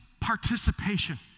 participation